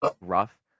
rough